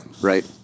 Right